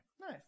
nice